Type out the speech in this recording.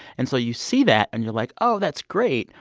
and so you see that and you're like, oh, that's great.